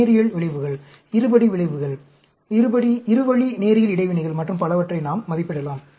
நேரியல் விளைவுகள் இருபடி விளைவுகள் இரு வழி நேரியல் இடைவினைகள் மற்றும் பலவற்றை நாம் மதிப்பிடலாம்